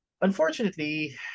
Unfortunately